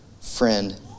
friend